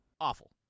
awful